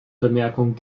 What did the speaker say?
bemerkung